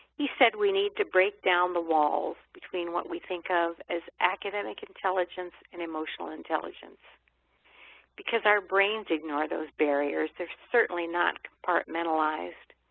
he said we need to break down the walls between what we think of as academic intelligence and emotional intelligence because our brains ignore those barriers. they're certainly not compartmentalized.